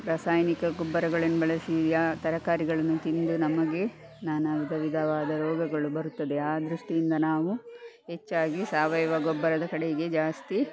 ರಾಸಾಯನಿಕ ಗೊಬ್ಬರಗಳನ್ನು ಬಳಸಿ ಆ ತರಕಾರಿಗಳನ್ನು ತಿಂದು ನಮಗೆ ನಾನಾ ವಿಧ ವಿಧವಾದ ರೋಗಗಳು ಬರುತ್ತದೆ ಆ ದೃಷ್ಟಿಯಿಂದ ನಾವು ಹೆಚ್ಚಾಗಿ ಸಾವಯವ ಗೊಬ್ಬರದ ಕಡೆಗೆ ಜಾಸ್ತಿ